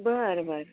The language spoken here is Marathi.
बरं बरं